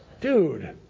Dude